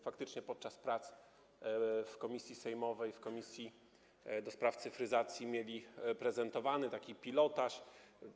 Faktycznie podczas prac w komisji sejmowej, w komisji do spraw cyfryzacji mieliśmy prezentowany taki pilotaż.